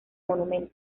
monumentos